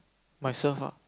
myself ah